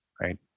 right